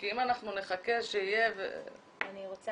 כי אם אנחנו נחכה שיהיה --- ברשותך,